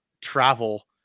travel